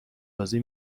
بازی